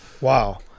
Wow